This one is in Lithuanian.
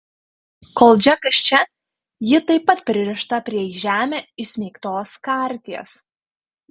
kol džekas čia ji taip pat pririšta prie į žemę įsmeigtos karties